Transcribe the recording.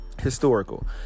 historical